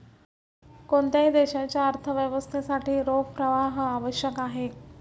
कोणत्याही देशाच्या अर्थव्यवस्थेसाठी रोख प्रवाह आवश्यक आहे